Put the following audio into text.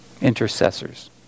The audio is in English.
intercessors